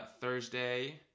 Thursday